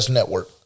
Network